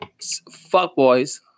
fuckboys